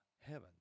heaven